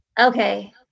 Okay